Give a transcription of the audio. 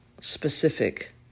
specific